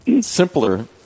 simpler